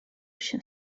się